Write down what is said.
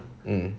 mm